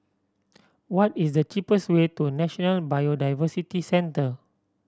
what is the cheapest way to National Biodiversity Centre